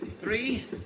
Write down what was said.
Three